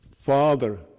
Father